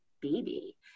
baby